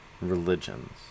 religions